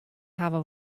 hawwe